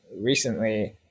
Recently